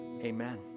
amen